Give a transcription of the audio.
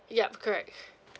yup correct